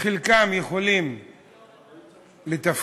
חלקם יכולים לתפקד